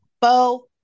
Bo